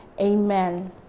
amen